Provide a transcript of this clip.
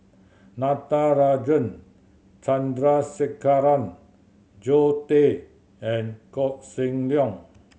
Natarajan Chandrasekaran Zoe Tay and Koh Seng Leong